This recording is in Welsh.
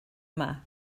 yma